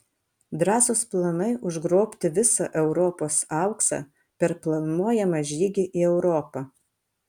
drąsūs planai užgrobti visą europos auksą per planuojamą žygį į europą